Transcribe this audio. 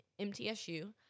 MTSU